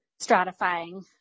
stratifying